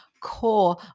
core